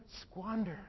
squander